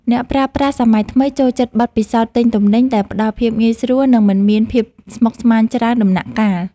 អ្នកប្រើប្រាស់សម័យថ្មីចូលចិត្តបទពិសោធន៍ទិញទំនិញដែលផ្តល់ភាពងាយស្រួល និងមិនមានភាពស្មុគស្មាញច្រើនដំណាក់កាល។